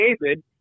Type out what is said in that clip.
David